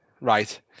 Right